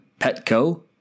Petco